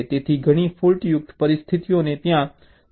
તેથી ઘણી ફૉલ્ટયુક્ત પરિસ્થિતિઓ ત્યાં 3k 1 હોઈ શકે છે